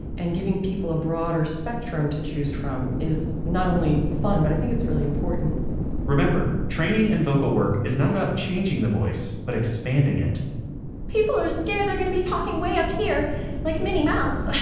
and giving people a broader spectrum to choose from is not only fun, but i think it's really important remember, training and vocal work is not about changing the voice, but expanding it people are scared they're going to be talking way up here like minnie mouse,